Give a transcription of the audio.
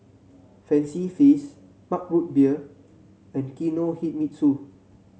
Fancy Feast Mug Root Beer and Kinohimitsu